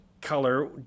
color